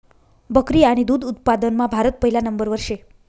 बकरी आणि दुध उत्पादनमा भारत पहिला नंबरवर शे